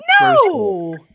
no